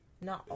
no